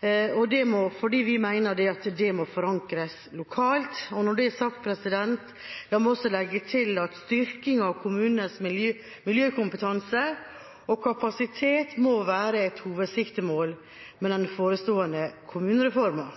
Det er fordi vi mener det må forankres lokalt. Når det er sagt, la meg også legge til at styrking av kommunenes miljøkompetanse og kapasitet må være et hovedsiktemål med den forestående kommunereformen.